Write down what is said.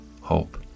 hope